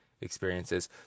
experiences